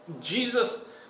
Jesus